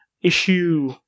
issue